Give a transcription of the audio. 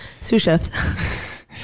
Sous-chefs